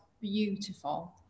beautiful